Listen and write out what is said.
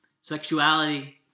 sexuality